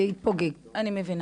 אני מבינה.